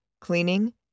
cleaning